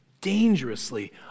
dangerously